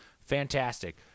Fantastic